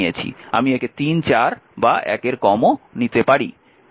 আমি একে 3 4 বা 1 এর চেয়ে কমও নিতে পারি